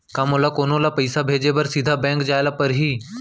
का मोला कोनो ल पइसा भेजे बर सीधा बैंक जाय ला परही?